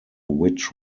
which